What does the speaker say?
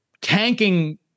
tanking